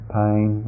pain